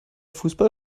fussball